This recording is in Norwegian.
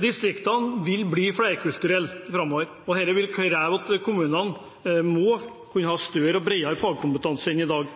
Distriktene vil bli flerkulturelle framover, og det vil kreve at kommunene må kunne ha større og bredere fagkompetanse enn i dag.